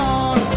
on